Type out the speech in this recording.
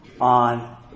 on